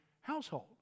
household